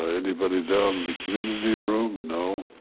anybody down the community room? no.